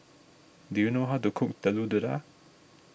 do you know how to cook Telur Dadah